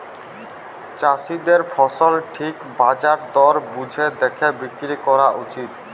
চাষীদের ফসল ঠিক বাজার দর বুঝে দ্যাখে বিক্রি ক্যরা উচিত